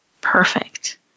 Perfect